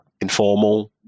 informal